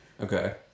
Okay